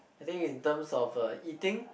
I think in term of uh eating